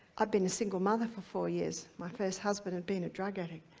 i'd been a single mother for four years. my first husband had been a drug addict.